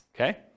okay